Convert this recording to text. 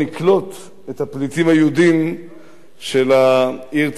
את הפליטים היהודים של העיר תל-אביב.